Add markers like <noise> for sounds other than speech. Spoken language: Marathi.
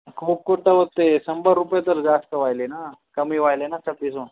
खूप कुठं होते शंभर रुपये तर जास्त व्हायले ना कमी व्हायले ना <unintelligible>